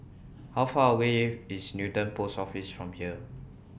How Far away IS Newton Post Office from here